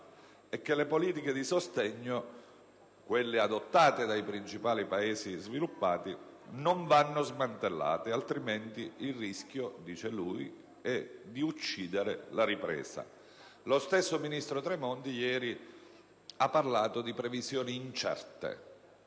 che le politiche di sostegno, quelle adottate dai principali Paesi sviluppati, non vanno smantellate, altrimenti il rischio è di uccidere la ripresa. Lo stesso ministro Tremonti, ieri, ha parlato di previsioni incerte.